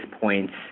points